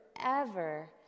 forever